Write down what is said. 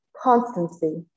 constancy